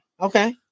Okay